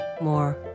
more